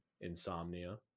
insomnia